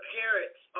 parents